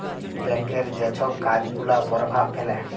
ব্যাংকের যে ছব কাজ গুলা পরভাব ফেলে